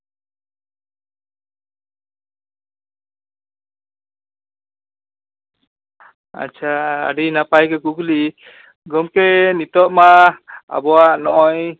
ᱟᱪᱪᱷᱟ ᱟᱹᱰᱤ ᱱᱟᱯᱟᱭ ᱜᱮ ᱠᱩᱠᱞᱤ ᱜᱚᱢᱠᱮ ᱱᱤᱛᱳᱜ ᱢᱟ ᱟᱵᱚᱣᱟᱜ ᱱᱚᱜᱼᱚᱭ